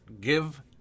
give